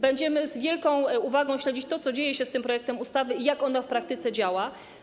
Będziemy z wielką uwagą śledzić to, co dzieje się z tym projektem ustawy i jak ona w praktyce działa.